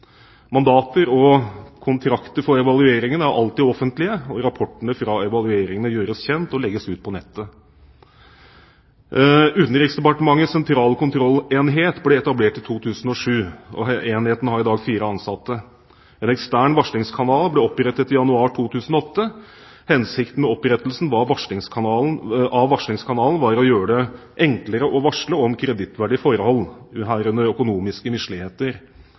Mandater og kontrakter for evalueringene er alltid offentlige, og rapportene fra evalueringene gjøres kjent og legges ut på nettet. Utenriksdepartementets sentrale kontrollenhet ble etablert i 2007. Enheten har i dag fire ansatte. En ekstern varslingskanal ble opprettet i januar 2008. Hensikten med opprettelsen av varslingskanalen var å gjøre det enklere å varsle om kritikkverdige forhold, herunder økonomiske misligheter,